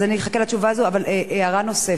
אז אני אחכה לתשובה הזו, אבל הערה נוספת: